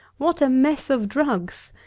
what a mess of drugs!